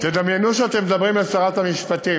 תדמיינו שאתם מדברים לשרת המשפטים,